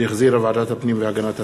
שהחזירה ועדת הפנים והגנת הסביבה,